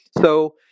So-